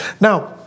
Now